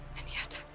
and yet.